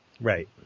Right